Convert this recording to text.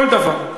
כל דבר.